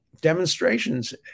demonstrations